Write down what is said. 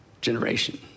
generation